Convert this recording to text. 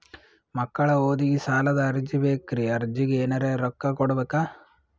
ಮಕ್ಕಳ ಓದಿಗಿ ಸಾಲದ ಅರ್ಜಿ ಬೇಕ್ರಿ ಅರ್ಜಿಗ ಎನರೆ ರೊಕ್ಕ ಕೊಡಬೇಕಾ?